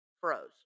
froze